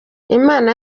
imana